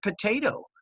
potato